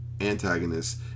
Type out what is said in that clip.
antagonist